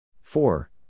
Four